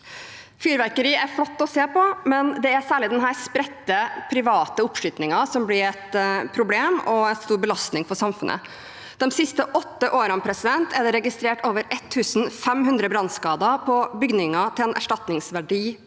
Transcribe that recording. Fyrverkeri er flott å se på, men det er særlig den spredte, private oppskytingen som blir et problem og en stor belastning for samfunnet. De siste åtte årene er det registrert over 1 500 brannskader på bygninger til en er statningsverdi